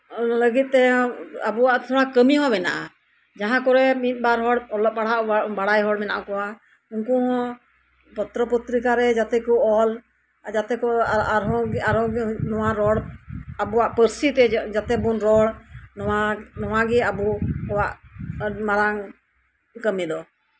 ᱞᱟᱹᱜᱤᱫᱛᱮ ᱟᱵᱚᱣᱟᱜ ᱛᱷᱚᱲᱟ ᱠᱟᱹᱢᱤ ᱦᱚᱸ ᱢᱮᱱᱟᱜᱼᱟ ᱡᱟᱸᱦᱟ ᱠᱚᱨᱮᱜ ᱢᱤᱫᱵᱟᱨ ᱦᱚᱲ ᱚᱞᱚᱜ ᱯᱟᱲᱦᱟᱜ ᱵᱟᱲᱟᱭ ᱦᱚᱲ ᱢᱮᱱᱟᱜ ᱠᱚᱣᱟ ᱩᱱᱠᱩ ᱦᱚᱸ ᱯᱚᱛᱨᱚᱼᱯᱚᱛᱨᱤᱠᱟᱨᱮ ᱡᱟᱛᱮ ᱠᱚ ᱚᱞ ᱡᱟᱛᱮ ᱟᱨᱦᱚᱸ ᱜᱮ ᱱᱚᱣᱟ ᱨᱚᱲ ᱟᱵᱚᱣᱟᱜ ᱯᱟᱹᱨᱥᱤᱛᱮ ᱡᱟᱛᱮ ᱵᱚᱱ ᱨᱚᱲ ᱱᱚᱣᱟᱜᱮ ᱟᱵᱚᱣᱟᱜ ᱢᱟᱨᱟᱝ ᱠᱟᱹᱢᱤ ᱫᱚ